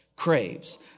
Craves